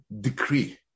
decree